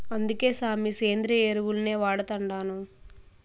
అందుకే సామీ, సేంద్రియ ఎరువుల్నే వాడతండాను